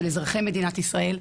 של אזרחי מדינת ישראל.